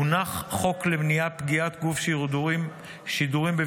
הונח חוק למניעת פגיעת גוף שידורים בביטחון